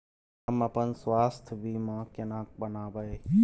हम अपन स्वास्थ बीमा केना बनाबै?